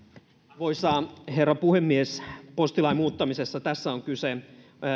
arvoisa herra puhemies tässä postilain muuttamisessa on kyse